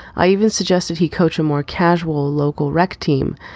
i even suggested he coach a more casual local rec team,